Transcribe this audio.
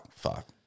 fuck